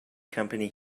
company